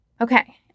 Okay